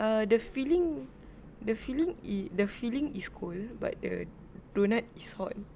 err the filling the filling is the filling is cold but the doughnut is hot